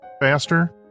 faster